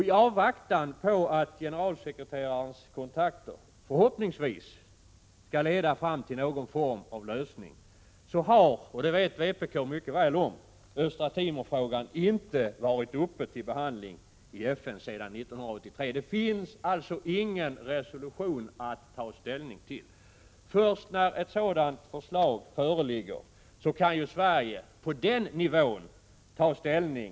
I avvaktan på att generalsekreterarens kontakter förhoppningsvis skall leda fram till någon form av lösning har — och det vet vpk mycket väl — frågan om Östra Timor inte varit uppe till behandling i FN sedan 1983. Det finns alltså ingen resolution att ta ställning till. Först när ett sådant förslag föreligger kan Sverige på den nivån ta ställning.